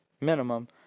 minimum